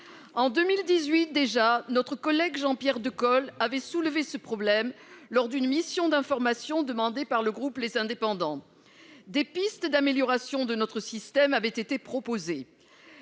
En 2018, déjà, notre collègue Jean-Pierre Decool avait soulevé ce problème à l'occasion d'une mission d'information demandée par le groupe Les Indépendants. Des pistes d'amélioration de notre système avaient été proposées.